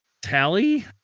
Tally